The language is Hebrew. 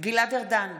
גלעד ארדן,